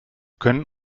können